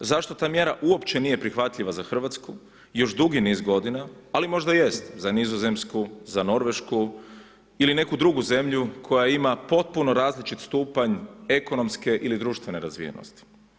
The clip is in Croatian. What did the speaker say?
Zašto ta mjera uopće nije prihvatljiva za Hrvatsku još dugi niz godina, ali možda jest za Nizozemsku, Norvešku ili neku drugu zemlju koja ima potpuno različit stupanj ekonomske ili društvene razvijenosti.